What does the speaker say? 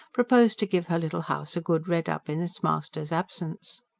proposed to give her little house a good red-up in its master's absence.